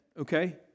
okay